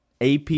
AP